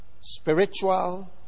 spiritual